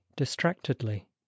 Distractedly